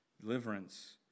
deliverance